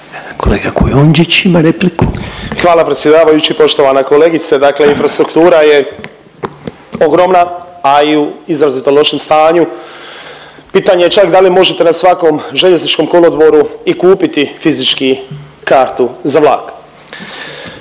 **Kujundžić, Ante (MOST)** Hvala predsjedavajući. Poštovana kolegice, dakle infrastruktura je ogromna, a i u izrazitom lošem stanju. Pitanje je čak da li možete na svakom željezničkom kolodvoru i kupiti fizički kartu za vlak.